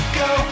go